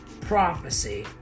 prophecy